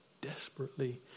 desperately